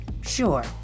sure